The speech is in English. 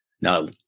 now